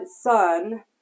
Son